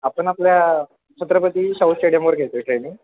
आपण आपल्या छत्रपती शाहू स्टेडियमवर घेतो आहे ट्रेनिंग